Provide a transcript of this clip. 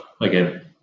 again